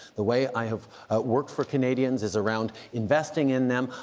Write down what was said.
the way i have worked for canadians is around investing in them.